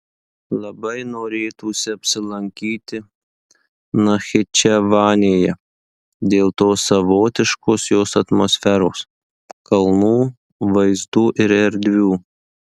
labai norėtųsi apsilankyti nachičevanėje dėl tos savotiškos jos atmosferos kalnų vaizdų ir erdvių